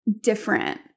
different